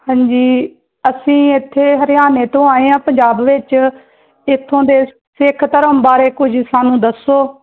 ਹਾਂਜੀ ਅਸੀਂ ਇੱਥੇ ਹਰਿਆਣੇ ਤੋਂ ਆਏ ਹਾਂ ਪੰਜਾਬ ਵਿੱਚ ਇੱਥੋਂ ਦੇ ਸਿੱਖ ਧਰਮ ਬਾਰੇ ਕੁਝ ਸਾਨੂੰ ਦੱਸੋ